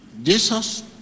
Jesus